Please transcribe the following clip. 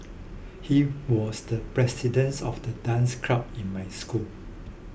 he was the presidents of the dance club in my school